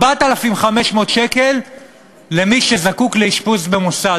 4,500 שקל למי שזקוק לאשפוז במוסד.